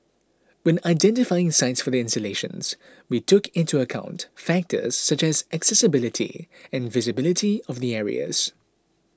when identifying sites for the installations we took into account factors such as accessibility and visibility of the areas